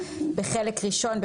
(1)בחלק ראשון,